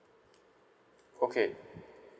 okay